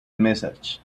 message